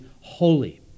holy